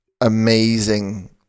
amazing